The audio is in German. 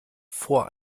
vor